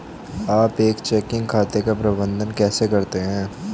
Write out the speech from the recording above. आप एक चेकिंग खाते का प्रबंधन कैसे करते हैं?